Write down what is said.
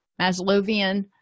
Maslowian